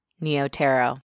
Neo-Tarot